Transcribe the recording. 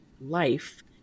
life